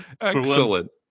Excellent